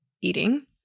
eating